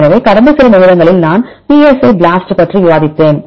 எனவே கடந்த சில நிமிடங்களில் நான் psi BLAST பற்றி விவாதித்தேன்